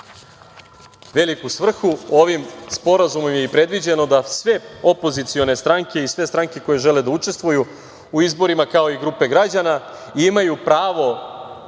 veliku svrhu, ovim Sporazumom je i predviđeno da sve opozicione stranke i sve stranke koje žele da učestvuju u izborima, kao i grupe građana imaju pravo